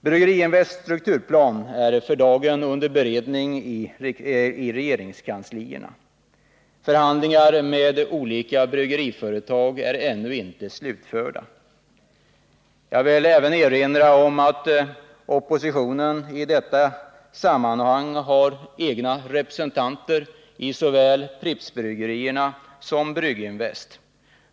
Brygginvests strukturplan är för dagen under beredning i regeringskanslierna. Förhandlingar med olika bryggeriföretag är ännu inte slutförda. Jag vill även erinra om att oppositionen i detta sammanhang har egna representanter i såväl Prippsbryggerierna som Brygginvest.